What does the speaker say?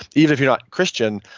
even if you're not christian,